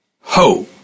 Ho